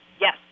Yes